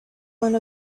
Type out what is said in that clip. one